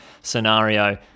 scenario